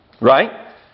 Right